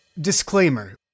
Disclaimer